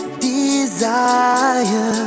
desire